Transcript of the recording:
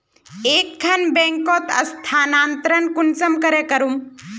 एक खान बैंकोत स्थानंतरण कुंसम करे करूम?